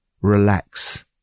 Relax